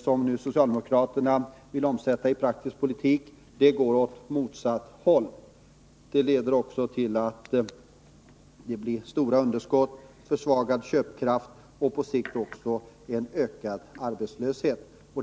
som socialdemokraterna vill genomföra till en utveckling åt motsatt håll. De leder också till stora underskott i bytesbalansen, försvagad köpkraft och på sikt ökad arbetslöshet.